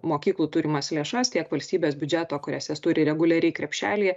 mokyklų turimas lėšas tiek valstybės biudžeto kurias es turi reguliariai krepšelyje